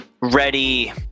ready